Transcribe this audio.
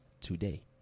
today